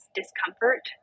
discomfort